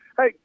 Hey